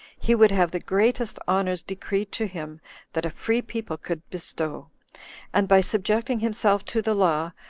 he would have the greatest honors decreed to him that a free people could bestow and by subjecting himself to the law,